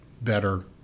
better